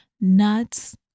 nuts